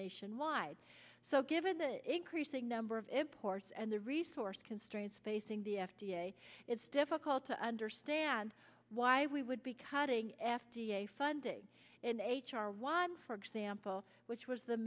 nationwide so given the increasing number of imports and the resource constraints facing the f d a it's difficult to understand why we would be cutting f d a funding in h r one for example which was the